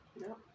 No